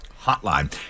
hotline